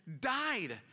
died